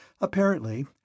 Apparently